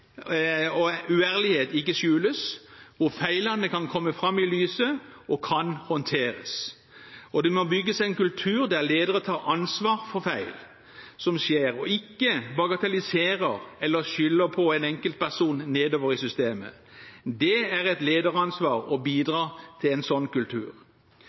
og uærlighet ikke skjules, hvor feilene kan komme fram i lyset og kan håndteres. Og det må bygges en kultur der ledere tar ansvar for feil som skjer, og ikke bagatelliserer eller skylder på en enkeltperson nedover i systemet. Det er et lederansvar å bidra til en sånn kultur.